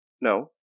No